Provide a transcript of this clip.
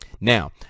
Now